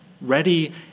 ready